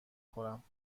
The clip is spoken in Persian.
خورم